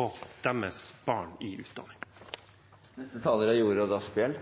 og deres barn i utdanning. Dette er